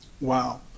Wow